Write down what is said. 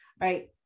right